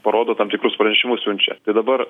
parodo tam tikrus pranešimus siunčia tai dabar